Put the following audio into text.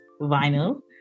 vinyl